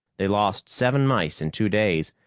they lost seven mice in two days,